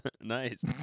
Nice